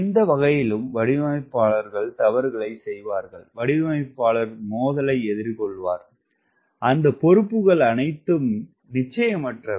எந்த வகையிலும் வடிவமைப்பாளர்கள் தவறுகளைச் செய்வார்கள் வடிவமைப்பாளர் மோதலை எதிர்கொள்வார் அந்த பொறுப்புகள் அனைத்தும் நிச்சயமற்றவை